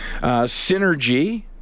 Synergy